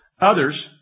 Others